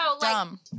dumb